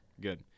Good